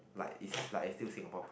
like it's like it's still Singapore power